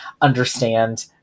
understand